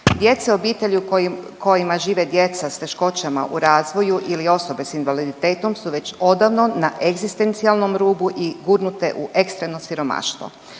Djeci, obiteljima u kojima žive djeca s teškoćama u razvoju ili osobe sa invaliditetom su već odavno na egzistencijalnom rubu i gurnute u ekstremno siromaštvo.